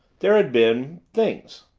there had been things.